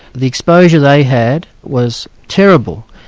the exposure they had was terrible,